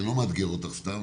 אני לא מאתגר אותך סתם.